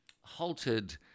halted